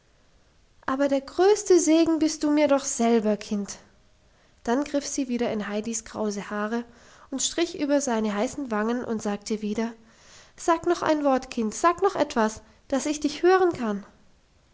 aber der größte segen bist du mir doch selber kind dann griff sie wieder in heidis krause haare und strich über seine heißen wangen und sagte wieder sag noch ein wort kind sag noch etwas dass ich dich hören kann